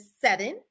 seven